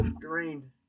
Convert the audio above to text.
Green